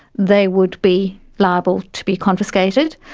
they would be liable to be confiscated.